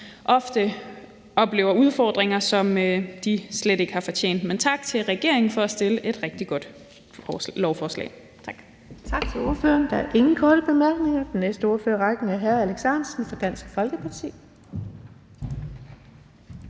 ofte oplever udfordringer, som de slet ikke har fortjent. Men tak til regeringen for at fremsætte et rigtig godt lovforslag.